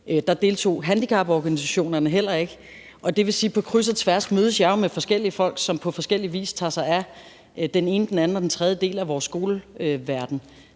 der deltog handicaporganisationerne heller ikke. Det vil sige, at jeg jo på kryds og tværs mødes med forskellige folk, som på forskellig vis tager sig af den ene, den anden og den tredje del af vores skoleverden;